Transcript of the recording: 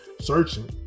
searching